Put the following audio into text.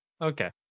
okay